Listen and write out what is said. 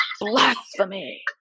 Blasphemy